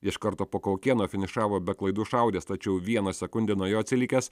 iš karto po kaukėno finišavo be klaidų šaudęs tačiau vieną sekundę nuo jo atsilikęs